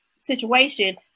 situation